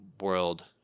world